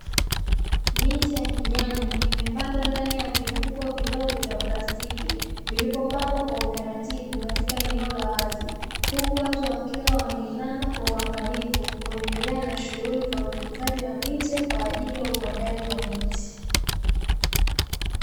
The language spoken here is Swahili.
Miche ya kijani, imepandwa ndani ya vimfuko vidogo vya plastiki vilivyopangwa kwa utaratibu katika eneo la wazi, huku watu wakiwa wameinama kwa uangalifu kuendelea na shughuli za utunzaji wa miche kwa ajili ya upandaji wa miti.